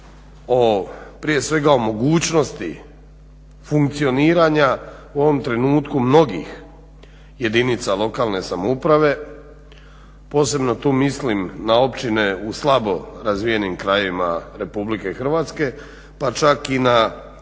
prije svega o mogućnosti funkcioniranja u ovom trenutku mnogih jedinica lokalne samouprave. Posebno tu mislim na općine u slabo razvijenim krajevima Republike Hrvatske, pa čak i na gradove